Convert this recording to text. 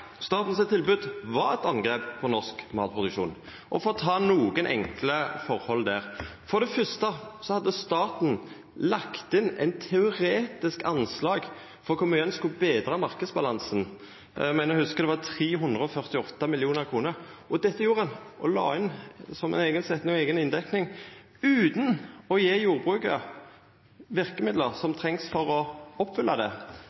staten var eit angrep på norsk matproduksjon. For å nemne nokre enkle forhold der: For det første hadde staten lagt inn eit teoretisk anslag for kor mykje ein skulle betra marknadsbalansen – eg meiner å hugsa det var 348 mill. kr. Dette la ein inn som ei eiga inndekning, utan å gje jordbruket verkemiddel som trengst for å oppfylla det.